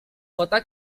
kota